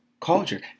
culture